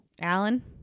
alan